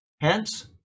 hence